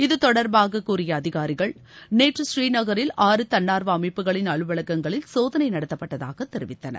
இது தொடர்பாக கூறிய அதிகாரிகள் நேற்று பூநீநகரில் ஆறு தன்னார்வ அமைப்புகளின் அலுவலகங்களில் சோதனை நடத்தப்பட்டதாக தெரிவித்தனர்